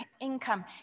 income